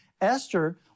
Esther